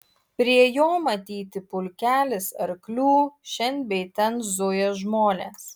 prie jo matyti pulkelis arklių šen bei ten zuja žmonės